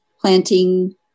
planting